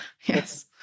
Yes